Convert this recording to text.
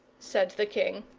said the king.